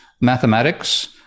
mathematics